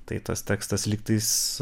tai tas tekstas lygtais